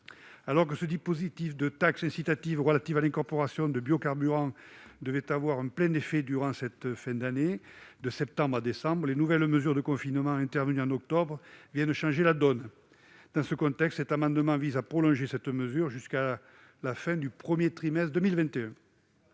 Alors que ce dispositif de taxe incitative relative à l'incorporation de biocarburants devait avoir un plein effet durant cette fin d'année, de septembre à décembre, le nouveau confinement intervenu en octobre vient changer la donne. Dans ce contexte, cet amendement vise à prolonger la mesure jusqu'à la fin du premier trimestre de 2021.